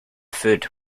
food